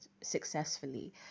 successfully